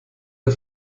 der